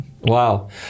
Wow